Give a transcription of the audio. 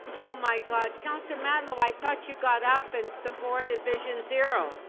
oh my god councillor matlow i thought you got up in support of vision zero.